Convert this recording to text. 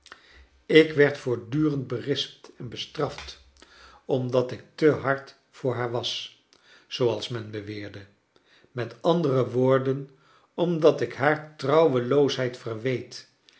ik werd voortdurend berispt en gestraft omdat ik te hard voor haar was zooals men beweerde m a w omdat ik haar trouweloosheid verweet